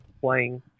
playing